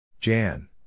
Jan